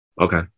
Okay